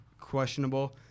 questionable